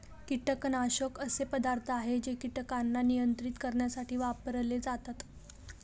कीटकनाशक असे पदार्थ आहे जे कीटकांना नियंत्रित करण्यासाठी वापरले जातात